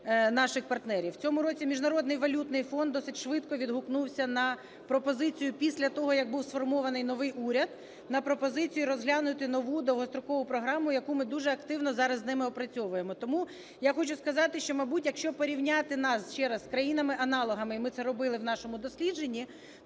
У цьому році Міжнародний валютний фонд досить швидко відгукнувся на пропозицію після того, як був сформований новий уряд, на пропозицію розглянути нову довгострокову програму, яку ми дуже активно зараз з ними опрацьовуємо. Тому я хочу сказати, що, мабуть, якщо порівняти нас, ще раз, з країнами-аналогами, і ми це робили в нашому дослідженні,